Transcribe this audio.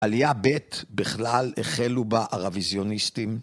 עלייה ב' בכלל החלו בה ערביזיוניסטים